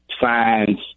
signs